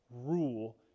rule